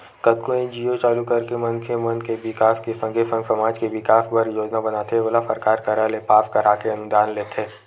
कतको एन.जी.ओ चालू करके मनखे मन के बिकास के संगे संग समाज के बिकास बर योजना बनाथे ओला सरकार करा ले पास कराके अनुदान लेथे